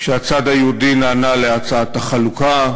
כשהצד היהודי נענה להצעת החלוקה,